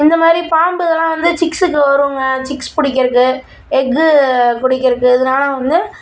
இந்தமாதிரி பாம்பு இதெல்லாம் வந்து சிக்ஸுக்கு வரும்ங்க சிக்ஸ் புடிக்கிறதுக்கு எக்கு குடிக்கிறதுக்கு இதனால் வந்து